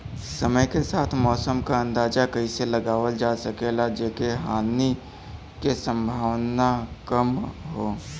समय के साथ मौसम क अंदाजा कइसे लगावल जा सकेला जेसे हानि के सम्भावना कम हो?